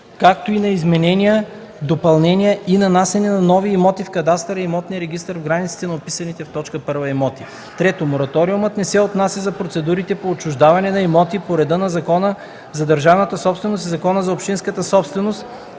както и изменения, допълнения и нанасяне на нови имоти в кадастъра и имотния регистър в границите на описаните в т. 1 имоти. 3. Мораториумът не се отнася за процедурите по отчуждаване на имоти по реда на Закона за държавната собственост и Закона за общинската собственост,